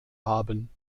haben